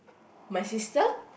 my sister